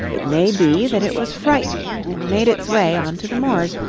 it may be that it was frightened and made its way on to the moors,